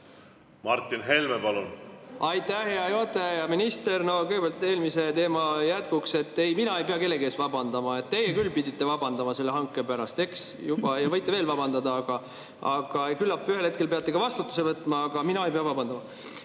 Martin Helme, palun! Aitäh, hea juhataja! Hea minister! Kõigepealt eelmise teema jätkuks: ei, mina ei pea kellegi ees vabandama. Teie küll pidite juba vabandama selle hanke pärast, eks, ja võite veel vabandada. Aga küllap ühel hetkel peate ka vastutuse võtma. Aga mina ei pea vabandama. Nüüd